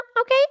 okay